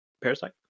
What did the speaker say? Parasite